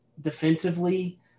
defensively